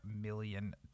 million